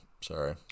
Sorry